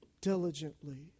diligently